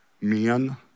Men